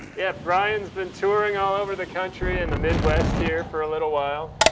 yeah, brian's been touring all over the country in the midwest here for a little while.